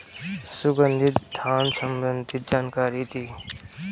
सुगंधित धान संबंधित जानकारी दी?